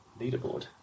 leaderboard